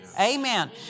Amen